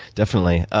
definitely.